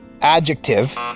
adjective